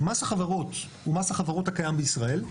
מס החברות הוא מס החברות הקיים בישראל,